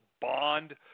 bond